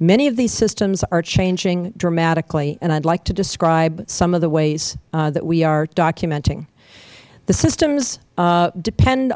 many of these systems are changing dramatically and i would like to describe some of the ways that we are documenting the systems depend